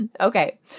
Okay